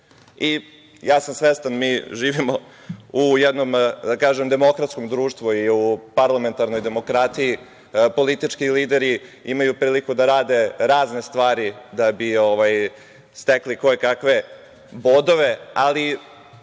sam, mi živimo u jednom, da kažem, demokratskom društvu i u parlamentarnoj demokratiji. Politički lideri imaju priliku da rade razne stvari da bi stekli kojekakve bodove, ali